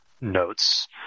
notes